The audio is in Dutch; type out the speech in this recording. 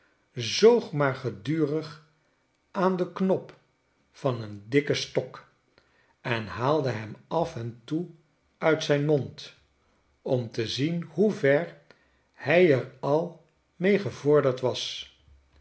zoog maar gedurig aan den knop van een dikken stok en haalde hem af en toe uit zijn mond om te zien hoe ver hij er al mee gevorderd was